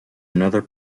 another